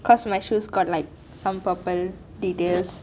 cause my shoes got like some purple details